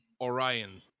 Orion